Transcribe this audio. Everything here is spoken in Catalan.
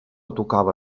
tocava